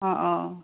অ' অ'